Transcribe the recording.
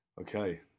Okay